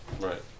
right